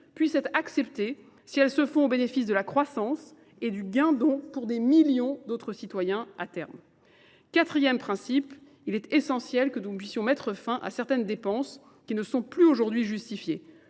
puissent être acceptées si elles se font au bénéfice de la croissance et du gain-don pour des millions d'autres citoyens à terme. Quatrième principe, il est essentiel que nous puissions mettre fin à certaines dépenses qui ne sont plus aujourd'hui justifiées.